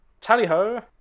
tally-ho